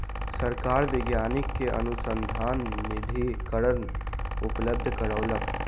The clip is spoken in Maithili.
सरकार वैज्ञानिक के अनुसन्धान निधिकरण उपलब्ध करौलक